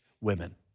women